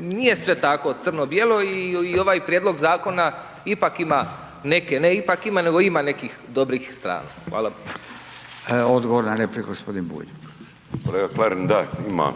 nije sve tako crno-bijelo i ovaj prijedlog zakona ipak ima neke, ne ipak ima, nego ima nekih dobrih strana. Hvala. **Radin, Furio (Nezavisni)** Odgovor na repliku, g. Bulj. **Bulj, Miro (MOST)** Kolega Klarin, da, ima.